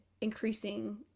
increasing